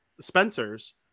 Spencers